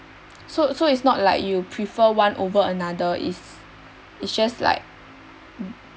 so so it's not like you prefer one over another it's it's just like